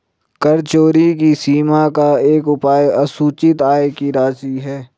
कर चोरी की सीमा का एक उपाय असूचित आय की राशि है